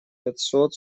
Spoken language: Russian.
пятьсот